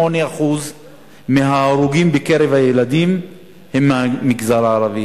68% מההרוגים בקרב הילדים הם מהמגזר הערבי,